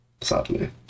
sadly